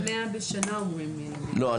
100 שנה אומרים --- לא,